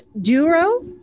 Duro